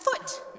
foot